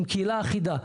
עם קהילה אחידה,